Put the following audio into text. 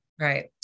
Right